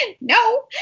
No